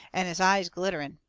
and his eyes glittering.